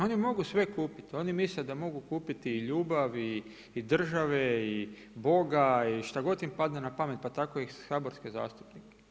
Oni mogu sve kupiti, oni misle da mogu kupiti i ljubav i države i Boga i šta god im padne na pamet pa tako i saborske zastupnike.